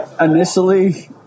initially